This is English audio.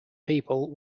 people